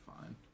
fine